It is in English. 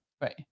Right